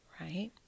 Right